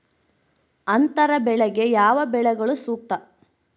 ಅಂತರ ಬೆಳೆಗೆ ಯಾವ ಬೆಳೆಗಳು ಸೂಕ್ತ?